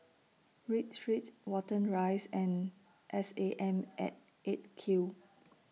Read Street Watten Rise and S A M At eight Q